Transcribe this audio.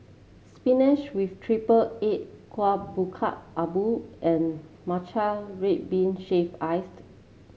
spinach with triple egg Kuih Bingka Ubi and Matcha Red Bean Shaved Ice